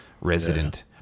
resident